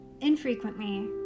infrequently